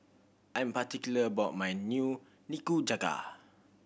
I'm particular about my Nikujaga